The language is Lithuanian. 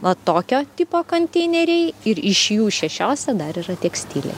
va tokio tipo konteineriai ir iš jų šešiose dar yra tekstilė